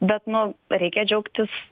bet nu reikia džiaugtis